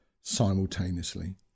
simultaneously